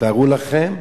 תתארו לעצמכם